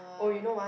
oh you know what